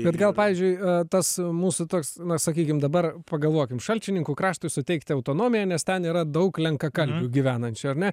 bet gal pavyzdžiui tas mūsų toks na sakykim dabar pagalvokim šalčininkų kraštui suteikti autonomiją nes ten yra daug lenkakalbių gyvenančių ar ne